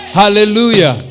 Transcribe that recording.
hallelujah